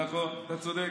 נכון, אתה צודק.